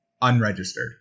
unregistered